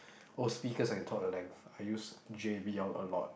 oh speakers I can talk the length I use J_B_L a lot